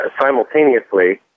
simultaneously